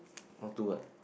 more toward